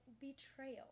betrayal